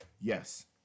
Yes